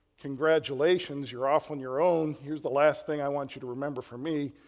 congratulations you're off on your own, here's the last thing i want you to remember for me,